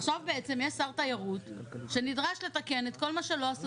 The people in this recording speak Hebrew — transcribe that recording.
עכשיו בעצם יש שר תיירות שנדרש לתקן את כל מה שלא עשו